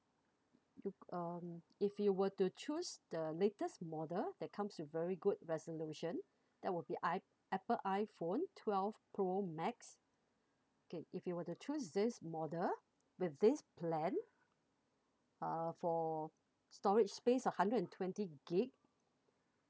if um you were to choose the latest model that comes with very good resolution that will be i~ apple iphone twelve pro max okay if you were to choose this model with this plan uh for storage space a hundred and twenty gig